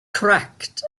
cracked